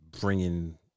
bringing